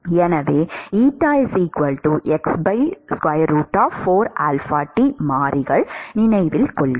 எனவே மாறிகள் நினைவில் கொள்க